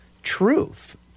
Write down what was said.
truth